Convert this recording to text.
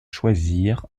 choisir